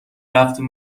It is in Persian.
رفتیم